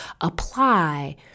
apply